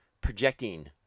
projecting